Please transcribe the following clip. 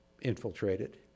infiltrated